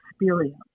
experience